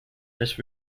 this